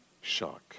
shock